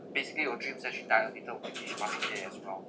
basically your dreams actually die a little with each passing day as well